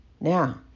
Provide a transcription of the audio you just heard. Now